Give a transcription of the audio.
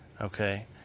okay